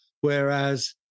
whereas